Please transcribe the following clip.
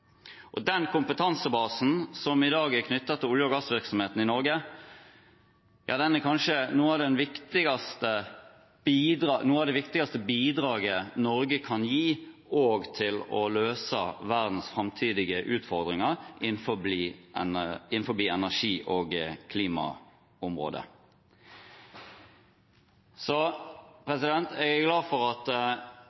år. Den kompetansebasen som i dag er knyttet til olje- og gassvirksomheten i Norge, er kanskje noe av det viktigste bidraget Norge kan gi også til å løse verdens framtidige utfordringer innenfor energi- og klimaområdet. Jeg er glad for at et så